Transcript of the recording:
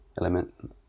element